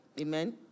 Amen